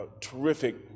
terrific